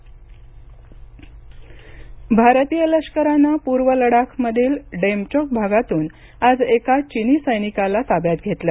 चिनी सैनिक भारतीय लष्करानं पूर्व लडाखमधील डेमचोक भागातून आज एका चिनी सैनिकाला ताब्यात घेतलं